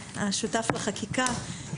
השותף לחקיקה,